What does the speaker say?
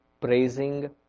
praising